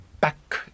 back